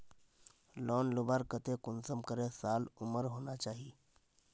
Loan लुबार केते कुंसम करे साल उमर होना चही?